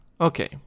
okay